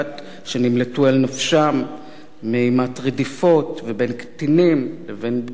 שנמלטו על נפשם מאימת רדיפות ובין קטינים לבין בגירים,